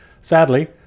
Sadly